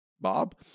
Bob